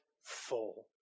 full